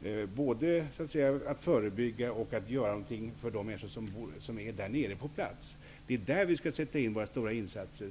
Det gäller både att förebygga och att göra något för de människor som är nere på platsen. Det är där som vi skall göra stora insatser.